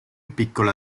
piccola